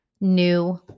new